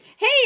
Hey